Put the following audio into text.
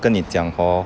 跟你讲 hor